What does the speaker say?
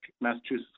Massachusetts